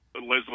Leslie